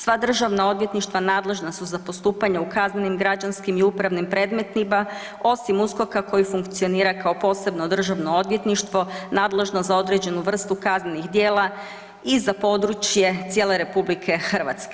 Sva državna odvjetništva nadležna su za postupanje u kaznenim, građanskim i upravnim predmetima osim USKOK-a koji funkcionira kao posebno državno odvjetništvo nadležno za određenu vrstu kaznenih djela i za područje cijele RH.